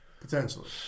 potentially